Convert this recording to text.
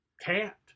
cat